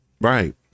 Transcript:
Right